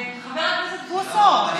חבר הכנסת בוסו.